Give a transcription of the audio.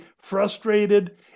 frustrated